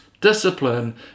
Discipline